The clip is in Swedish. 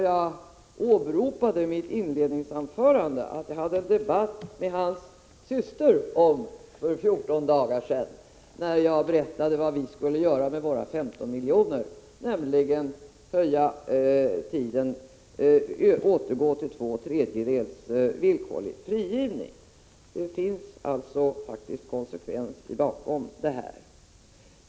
Jag åberopade i mitt inledningsanförande att jag hade en debatt med hans syster för 14 dagar sedan, när jag berättade vad vi skulle göra med våra 15 miljoner, nämligen återgå till villkorlig frigivning efter två tredjedelar av strafftiden. Det finns alltså konsekvens i detta förslag.